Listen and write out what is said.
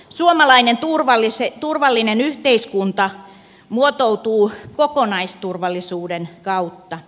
suomalainen turvallinen yhteiskunta muotoutuu kokonaisturvallisuuden kautta